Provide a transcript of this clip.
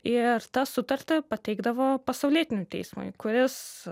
ir ta sutartį pateikdavo pasaulietiniui teismui kuris